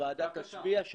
הוועדה תצביע,